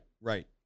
right